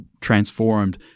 transformed